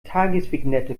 tagesvignette